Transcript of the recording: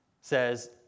says